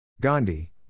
Gandhi